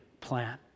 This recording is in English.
plan